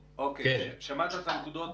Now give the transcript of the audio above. שמעת את הנקודות